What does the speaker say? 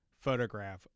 photograph